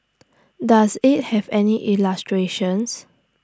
does IT have any illustrations